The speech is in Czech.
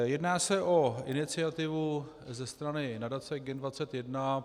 Jedná se o iniciativu ze strany Nadace Gen 21.